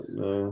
no